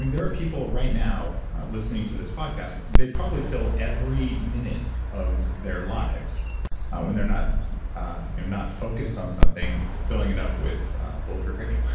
there are people right now listening to this podcast, they probably feel every minute of their lives when they're not not focused on something, filling it up with bulletproof radio,